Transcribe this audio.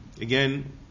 Again